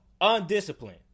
undisciplined